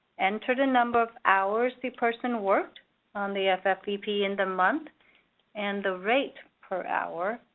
enter the number of hours the person worked on the ffvp in the month and the rate per hour.